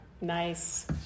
Nice